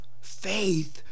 faith